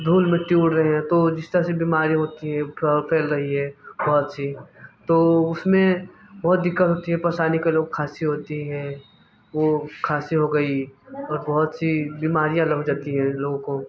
धूल मिट्टी उड़ा रहें तो जिस तरह से बीमारी होती हैं और फैल रही है बहुत सी तो उसमें बहुत दिक्कत होती है परेशानी के लोग खांसी होती है वो खांसी हो गई और बहुत सी बीमारियाँ लग जाती हैं लोगों को